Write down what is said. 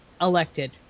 elected